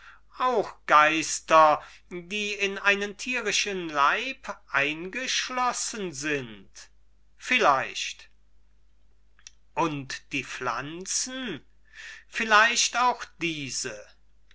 auch geister die in einen tierischen leib eingeschlossen sind agathon vielleicht hippias und die pflanzen agathon vielleicht auch diese